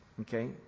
Okay